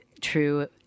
true